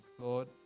Lord